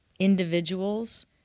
individuals